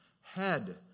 head